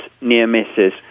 near-misses